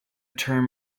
term